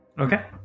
Okay